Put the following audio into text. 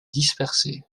dispersée